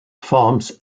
forms